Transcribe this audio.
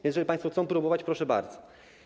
Więc jeżeli państwo chcą próbować, proszę bardzo.